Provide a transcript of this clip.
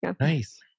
Nice